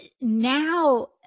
now